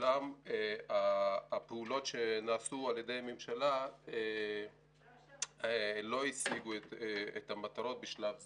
אולם הפעולות שנעשו על ידי הממשלה לא השיגו את המטרות בשלב זה.